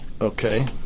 Okay